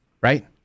Right